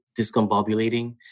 discombobulating